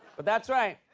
but that's right.